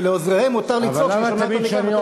ולעוזריהם מותר לצעוק שאתה שומע אותם,